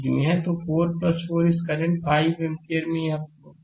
तो 4 4 इस current 5 ampere में यह 5 है